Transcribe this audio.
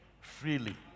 freely